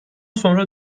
sonra